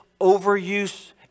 overuse